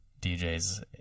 DJs